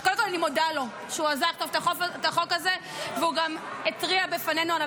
אז קודם כול אני מודה לו על שהוא עזר לכתוב את החוק הזה,